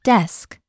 Desk